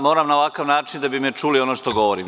Moram na ovakav način da bi ste čuli ono što govorim.